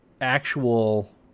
actual